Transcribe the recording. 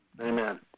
Amen